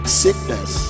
sickness